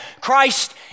Christ